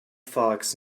fox